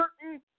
certain